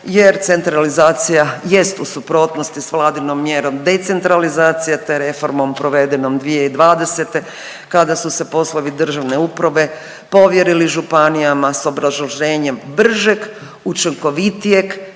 jer centralizacija jest u suprotnosti s Vladinom mjestom decentralizacije te reformom provedenom 2020., kada su se poslovi državne uprave povjerili županijama s obrazloženjem bržeg, učinkovitijeg